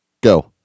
Go